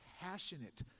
passionate